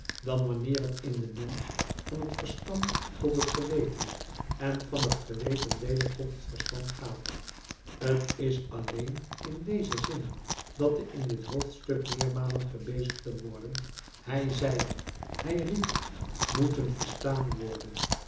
dan wanneer het in den mensch van het verstand tot het geweten en van het geweten weder tot het verstand gaat t is alleen in dezen zin dat de in dit hoofdstuk meermalen gebezigde woorden hij zeide hij riep moeten verstaan worden